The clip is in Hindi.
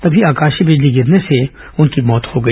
तभी आकाशीय बिजने गिरने से उनकी मौत हो गई